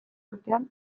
urtean